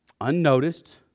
unnoticed